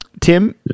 Tim